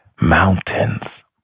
mountains